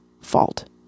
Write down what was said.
fault